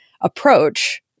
approach